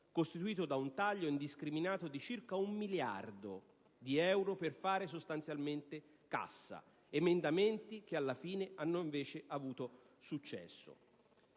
costituito da un taglio indiscriminato di circa un miliardo di euro per fare sostanzialmente cassa: emendamenti che alla fine hanno invece avuto successo.